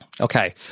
Okay